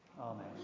Amen